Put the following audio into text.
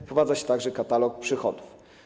Wprowadza się także katalog przychodów.